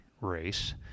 race